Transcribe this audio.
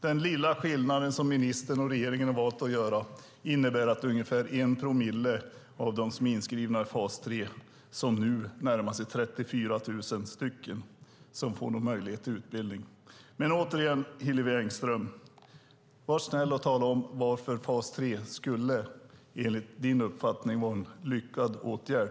Det lilla som ministern och regeringen har valt att göra innebär att ungefär 1 promille av de inskrivna i fas 3, som nu närmar sig 34 000 personer, får möjlighet till utbildning. Återigen Hillevi Engström: Var snäll och tala om varför fas 3 enligt din uppfattning skulle vara en lyckad åtgärd.